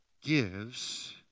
gives